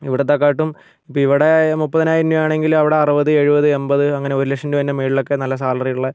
ഇവിടത്തെ കാട്ടും ഇപ്പോൾ ഇവിടെ മുപ്പതിനായിരം രൂപയാണെങ്കിൽ അവിടെ അറുപത് എഴുപത് എൺപത് അങ്ങനെ ഒരു ലക്ഷം രൂപേൻ്റെ മേളിൽ ഒക്കെ നല്ല സാലറി ഉള്ള